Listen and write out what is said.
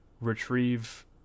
retrieve